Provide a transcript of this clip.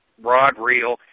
rod-reel